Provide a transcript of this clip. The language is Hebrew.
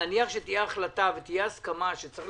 נניח שתהיה החלטה ותהיה הסכמה שצריך